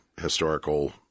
historical